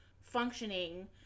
functioning